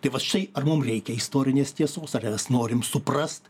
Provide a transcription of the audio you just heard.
tai vat štai ar mum reikia istorinės tiesos ar mes norim suprast